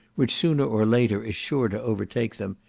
which sooner or later is sure to overtake them,